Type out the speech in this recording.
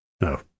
No